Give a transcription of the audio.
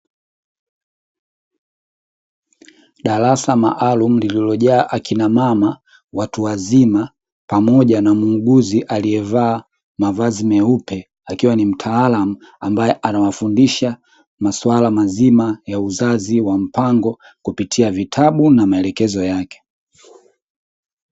Darasa maalumu lililojaa akina mama watu wazima, pamoja na muuguzi aliyevaa mavazi meupe akiwa ni mtaalamu ambaye anawafundisha masuala mazima ya uzazi wa mpango kupitia vitabu na maelekezo yake.